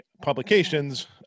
publications